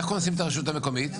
איך קונסים את הרשות המקומית?